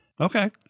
Okay